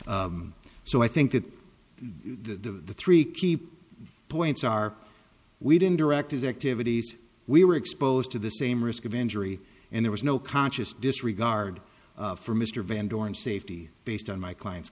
so i think that the three keep points are we didn't direct his activities we were exposed to the same risk of injury and there was no conscious disregard for mr van doren safety based on my client